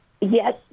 Yes